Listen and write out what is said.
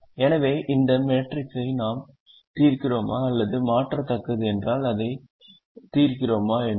எனவே இந்த மேட்ரிக்ஸை நாம் தீர்க்கிறோமா அல்லது மாற்றத்தக்கது என்றால் அதை தீர்க்கிறோமா என்பது